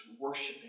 worshiping